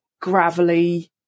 gravelly